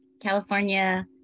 California